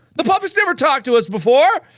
the puppet's never talked to us before!